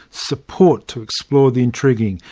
support to explore the intriguing,